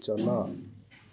ᱪᱟᱞᱟᱜ